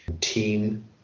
team